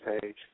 page